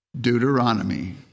Deuteronomy